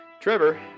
Trevor